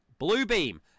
Bluebeam